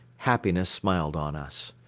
happiness smiled on us.